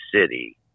City